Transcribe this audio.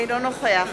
אינו נוכח